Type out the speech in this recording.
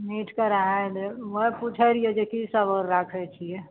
मीटकेँ रहय देब बस पूछै रहियै जे कीसभ आओर राखै छियै